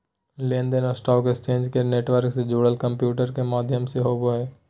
लेन देन stock exchange के network से जुड़ल कंम्प्यूटर के माध्यम से होबो हइ